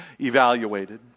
evaluated